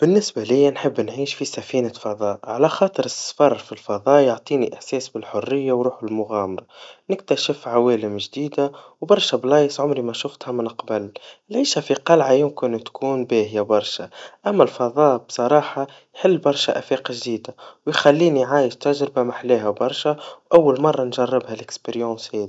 بالنسبا ليا نحب نعيش في سفينة فضاء على خاطر السفر في الفضا يعطيني إحساس بالحريا, وروح المغامرا, نكتشف عوالم جديدا, وبرشا أماكن عمري ما شفتها من قبل, العيشا في قلعة يمكن تكون باهيا برشا, أما الفضاء بصراحا حل برشا آفاق جديدا, بيخليني عايش تجربا ماحلاها برشا, أول مرا نجرب هالتجرب هذي.